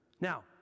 Now